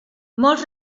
molts